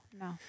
no